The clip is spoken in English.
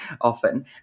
often